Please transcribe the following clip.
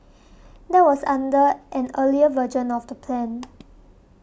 that was under an earlier version of the plan